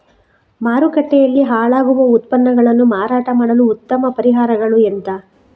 ಮಾರುಕಟ್ಟೆಯಲ್ಲಿ ಹಾಳಾಗುವ ಉತ್ಪನ್ನಗಳನ್ನು ಮಾರಾಟ ಮಾಡಲು ಉತ್ತಮ ಪರಿಹಾರಗಳು ಎಂತ?